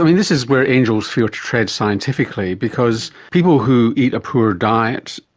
and this is where angels fear to tread scientifically because people who eat a poor diet,